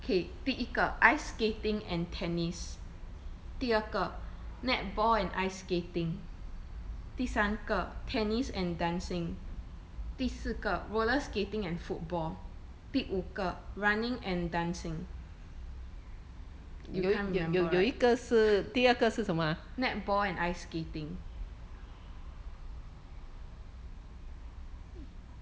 okay 第一个 ice skating and tennis 第二个 netball and ice skating 第三个 tennis and dancing 第四个 roller skating and football 第五个 running and dancing you can't remember right netball and ice skating